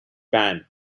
banned